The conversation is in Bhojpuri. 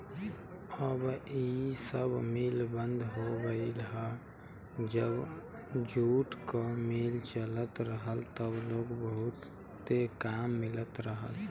अब इ सब मिल बंद हो गयल हौ जब जूट क मिल चलत रहल त लोग के बहुते काम मिलत रहल